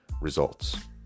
results